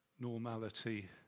normality